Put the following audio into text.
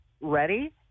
ready